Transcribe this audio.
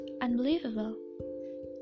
unbelievable